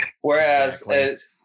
Whereas